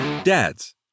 Dads